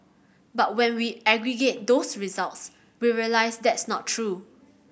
but when we aggregate those results we realise that's not true